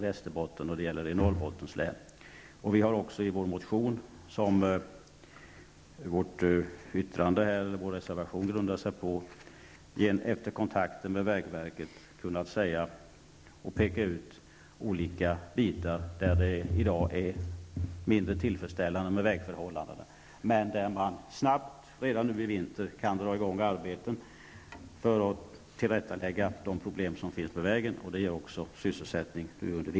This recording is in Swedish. Vi har också efter kontakter med vägverket i vår motion, som vår reservation grundar sig på, kunnat peka ut olika vägsträckor där vägförhållandena i dag är mindre tillfredsställande men där man snabbt, redan nu i vinter, kan dra i gång arbeten för att åtgärda vägproblemen och också ge sysselsättning.